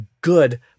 good